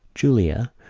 julia,